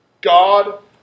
God